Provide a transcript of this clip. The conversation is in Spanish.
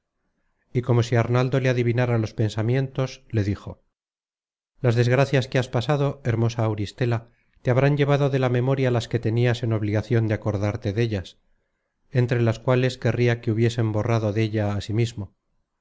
y como si arnaldo le adivinara los pensamientos le dijo las desgracias que has pasado hermosa auristela te habrán llevado de la memoria las que tenias en obligacion de acordarte dellas entre las cuales querria que hubiesen borrado della á mí mismo